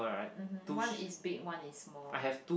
mmhmm one is big one is small